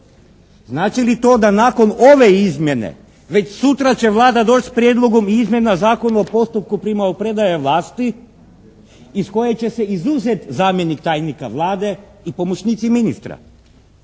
Znači li to da nakon ove izmjene već sutra će Vlada doći s Prijedlogom izmjena Zakona o postupku primopredaje vlasti iz koje će se izuzeti zamjenik tajnika Vlade i pomoćnici ministra.